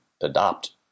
adopt